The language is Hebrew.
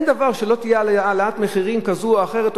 אין דבר שלא תהיה בו העלאת מחירים כזאת או אחרת,